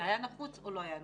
זה היה נחוץ או לא היה נחוץ.